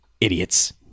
Idiots